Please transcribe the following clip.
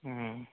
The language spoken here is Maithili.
ह्म्म